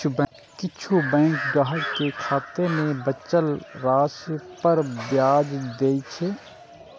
किछु बैंक ग्राहक कें खाता मे बचल राशि पर ब्याज दै छै